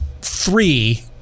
three